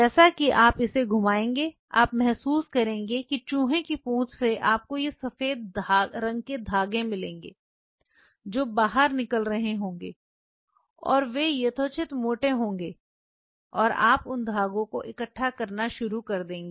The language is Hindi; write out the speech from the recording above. जैसा कि आप इसे घुमाएंगे आप महसूस करेंगे कि चूहे की पूंछ से आपको ये सफेद रंग के धागे मिलेंगे जो बाहर निकल रहे होंगे और वे यथोचित मोटे होंगे और आप उन धागों को इकट्ठा करना शुरू कर देंगे